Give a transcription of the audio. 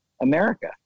America